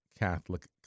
Catholic